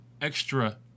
extra